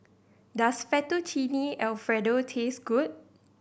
does Fettuccine Alfredo taste good